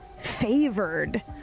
Favored